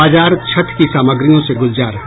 बाजार छठ की सामग्रियों से गुलजार हैं